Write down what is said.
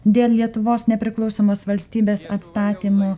dėl lietuvos nepriklausomos valstybės atstatymo